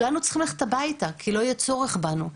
כולנו צריכים ללכת הבייתה, כי לא יהיה צורך בנו.